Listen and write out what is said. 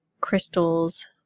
Crystals